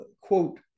quote